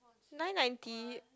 nine ninety